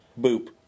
boop